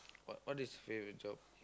what what is favourite job